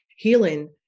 Healing